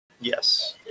Yes